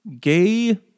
gay